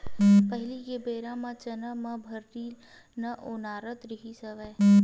पहिली के बेरा म चना ल भर्री म ओनारत रिहिस हवय